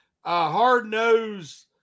hard-nosed